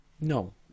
No